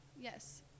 Yes